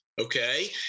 Okay